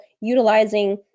utilizing